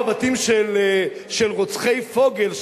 תחשבי שמדובר בבתים של רוצחי פוגל,